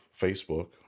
facebook